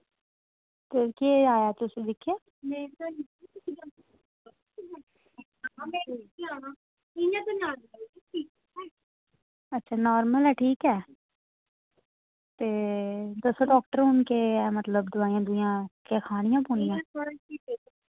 तुसें दिक्खेआ अच्छा नॉर्मल ऐ ठीक ऐ ते दस्सो डॉक्टर हून केह् ऐ मतलब दोआइयां दुआइयां केह् खानियां पौनियां